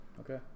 Okay